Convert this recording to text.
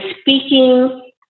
speaking